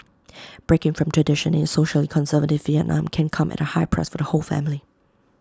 breaking from tradition in socially conservative Vietnam can come at A high price for the whole family